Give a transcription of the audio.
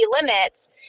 limits